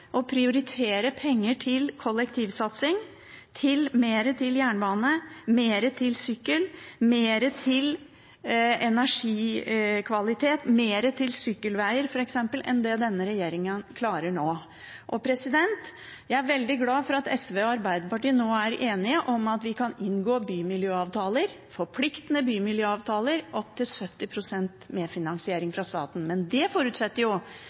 å prioritere penger til kollektivsatsing: mer til jernbane, mer til sykkel, mer til energikvalitet – mer til sykkelveger, f.eks., enn det denne regjeringen klarer nå. Jeg er veldig glad for at SV og Arbeiderpartiet nå er enige om at vi kan inngå forpliktende bymiljøavtaler med opptil 70 pst. medfinansiering fra staten, men det forutsetter